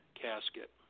casket